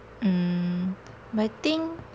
mm but I think